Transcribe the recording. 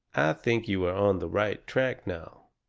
i think you are on the right track now.